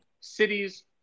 cities